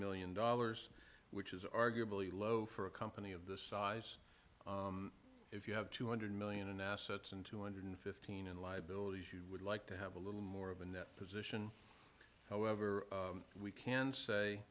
million dollars which is arguably low for a company of this size if you have two hundred million in assets and two hundred fifteen in liabilities you would like to have a little more of a net position however we can say